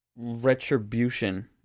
retribution